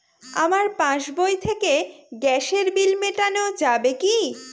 আমার পাসবই থেকে গ্যাসের বিল মেটানো যাবে কি?